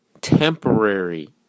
temporary